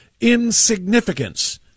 insignificance